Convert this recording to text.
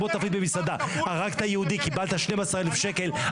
כמו תפריט במסעדה: הרגת יהודי קיבלת 12,000 שקל,